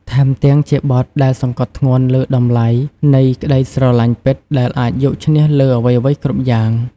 ថែមទាំងជាបទដែលសង្កត់ធ្ងន់លើតម្លៃនៃក្តីស្រឡាញ់ពិតដែលអាចយកឈ្នះលើអ្វីៗគ្រប់យ៉ាង។